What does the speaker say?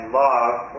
love